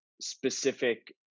specific